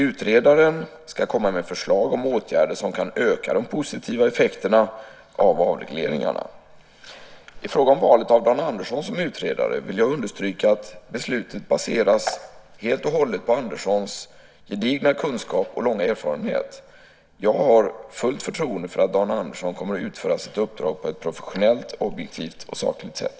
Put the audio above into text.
Utredaren ska komma med förslag om åtgärder som kan öka de positiva effekterna av avregleringarna. I fråga om valet av Dan Andersson som utredare, vill jag understryka att beslutet baseras helt och hållet på Anderssons gedigna kunskap och långa erfarenhet. Jag har fullt förtroende för att Dan Andersson kommer att utföra sitt uppdrag på ett professionellt, objektivt och sakligt sätt.